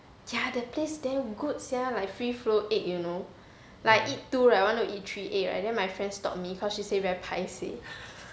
eh that place damn good sia like free flow egg you know like eat two right I want to eat three egg right then my friend stop me cause she say very paiseh